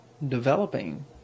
developing